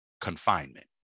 confinement